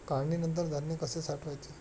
काढणीनंतर धान्य कसे साठवायचे?